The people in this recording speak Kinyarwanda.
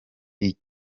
ibi